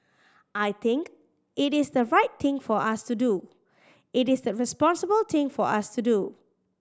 I think it is the right thing for us to do it is the responsible thing for us to do